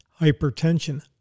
hypertension